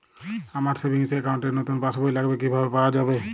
আমার savings account র নতুন পাসবই লাগবে, কিভাবে পাওয়া যাবে?